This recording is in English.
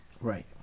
right